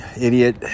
idiot